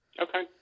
Okay